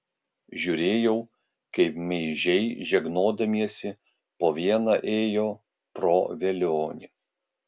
žiūrėjau kaip meižiai žegnodamiesi po vieną ėjo pro velionį